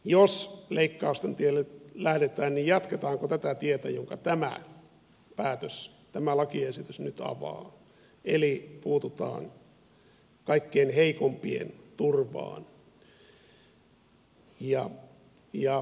jos leikkausten tielle lähdetään jatketaanko tätä tietä jonka tämä päätös tämä lakiesitys nyt avaa eli puututaanko kaikkein heikoimpien turvaan